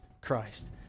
Christ